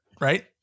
right